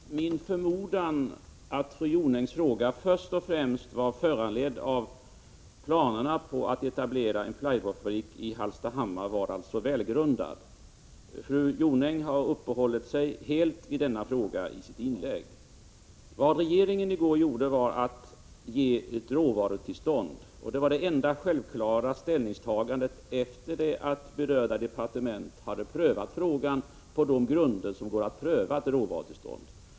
Herr talman! Min förmodan, att fru Jonängs fråga först och främst var föranledd av planerna på att etablera en plywoodfabrik i Hallstahammar, var alltså välgrundad. Fru Jonäng har i sitt inlägg helt uppehållit sig vid denna fråga. Vad regeringen i går gjorde var att ge ett råvarutillstånd. Det var det enda självklara ställningstagandet efter det att berörda departement hade prövat frågan på de grunder enligt vilka det går att pröva ett råvarutillstånd.